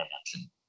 action